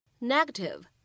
negative